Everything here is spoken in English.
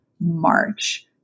march